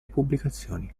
pubblicazioni